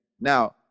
Now